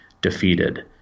defeated